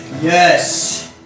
Yes